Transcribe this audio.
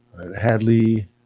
Hadley